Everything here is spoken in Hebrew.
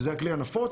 שהוא הכלי הנפוץ,